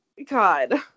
God